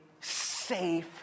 safe